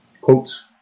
quotes